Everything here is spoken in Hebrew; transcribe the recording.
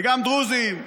וגם דרוזים,